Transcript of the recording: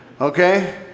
Okay